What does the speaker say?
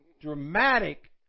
dramatic